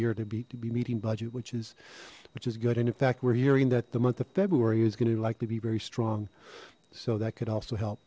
year to be to be meeting budget which is which is good and in fact we're hearing that the month of february is going to likely be very strong so that could also help